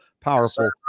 powerful